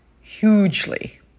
hugely